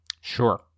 Sure